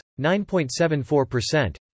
9.74%